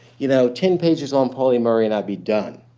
you know ten pages on pauli murray, and i'd be done.